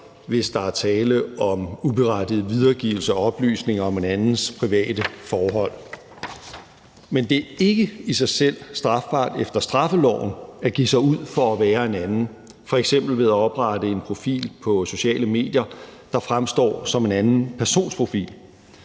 hvis der er tale om uberettiget videregivelse af oplysninger om en andens private forhold. Men det er ikke i sig selv strafbart ifølge straffeloven at give sig ud for at være en anden, f.eks. ved at oprette en profil på sociale medier, der fremstår som en anden persons profil.